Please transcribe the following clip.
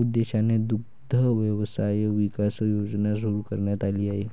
उद्देशाने दुग्ध व्यवसाय विकास योजना सुरू करण्यात आली आहे